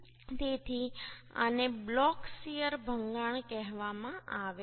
તેથી આને block shear ભંગાણ કહેવામાં આવે છે